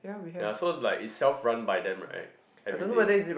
ya so like it's self run by them right everything